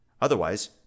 Otherwise